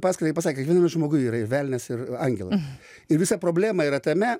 paskaitą ir pasakė kiekviename žmoguj yra ir velnias ir angelas ir visa problema yra tame